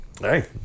hey